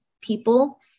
people